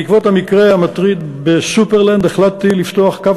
בעקבות המקרה המטריד ב"סופרלנד" החלטתי לפתוח קו